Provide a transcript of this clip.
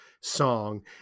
song